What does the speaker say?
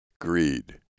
greed